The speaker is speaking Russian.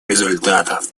результатов